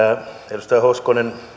edustaja hoskonen